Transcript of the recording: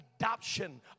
adoption